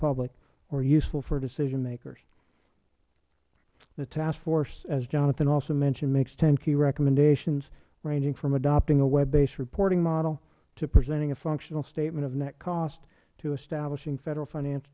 public or useful for decision makers the task force as jonathan also mentioned makes ten key recommendations ranging from adopting a web based reporting model to presenting a functional statement of net cost to establishing